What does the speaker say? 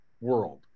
world